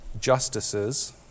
justices